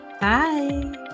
Bye